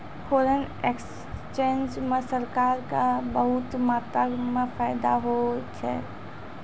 foreign exchange म सरकार क बहुत मात्रा म फायदा होय छै